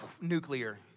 nuclear